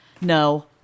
No